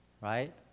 right